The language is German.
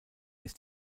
ist